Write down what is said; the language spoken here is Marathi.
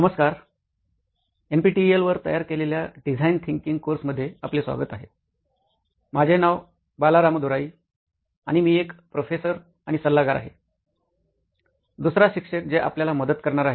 नमस्कार आणि एनपीटीईएल वर तयार केलेल्या डिझाइन थिंकिंग कोर्स मध्ये आपले स्वागत आहे माझे नाव बाला रामदुराई आहे आणि मी एक प्रोफेसर आणि सल्लागार आहे दुसरा शिक्षक जे आपल्यला मदत करणार आहे